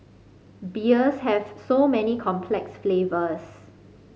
beers have so many complex flavours